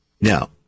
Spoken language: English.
Now